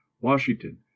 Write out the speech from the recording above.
Washington